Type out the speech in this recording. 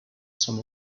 some